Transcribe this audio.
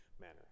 manner